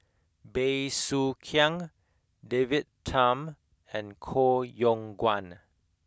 Bey Soo Khiang David Tham and Koh Yong Guan